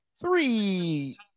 Three